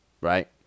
Right